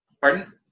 Pardon